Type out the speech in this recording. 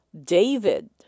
David